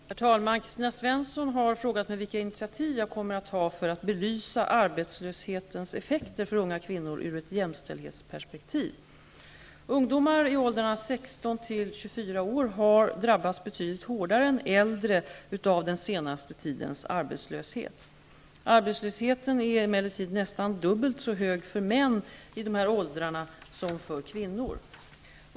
Herr talman! Kristina Svensson har frågat mig vilka initiativ jag kommer att ta för att belysa arbetslöshetens effekter för unga kvinnor ur ett jämställdhetsperspektiv. Ungdomar i åldrarna 16--24 år har drabbats betydligt hårdare än äldre av den senaste tidens arbetslöshet. Arbetslösheten är emellertid nästan dubbelt så hög för män i dessa åldrar som för kvinnor.